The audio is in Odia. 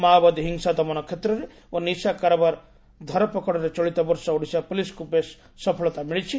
ମାଓବାଦୀହିଂସା ଦମନ କ୍ଷେତ୍ରରେ ଓ ନିଶାକାରବାର ଧରପଗଡରେ ଚଳିତ ବର୍ଷ ଓଡ଼ିଶା ପୁଲିସ୍କୁ ବେଶ୍ ସଫଳତା ମିଳିଛି